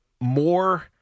more